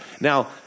Now